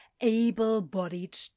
able-bodied